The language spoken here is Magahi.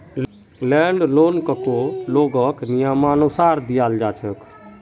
लैंड लोनकको लोगक नियमानुसार दियाल जा छेक